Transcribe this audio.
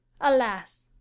alas